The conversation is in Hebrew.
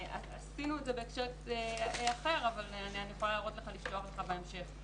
עשינו את זה בהקשר אחר אבל אני יכולה לפתוח לך בהמשך.